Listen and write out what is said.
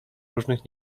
różnych